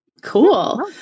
Cool